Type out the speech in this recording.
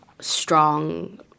strong